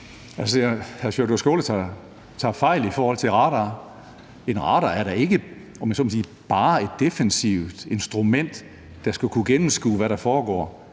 Hr. Sjúrður Skaale tager fejl i forhold til radarer. En radar er da ikke, om jeg så må sige, bare et defensivt instrument, der skal kunne gennemskue, hvad der foregår.